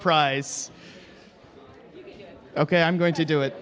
prize ok i'm going to do it